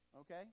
okay